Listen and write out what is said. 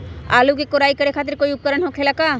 आलू के कोराई करे खातिर कोई उपकरण हो खेला का?